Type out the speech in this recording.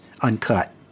uncut